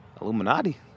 Illuminati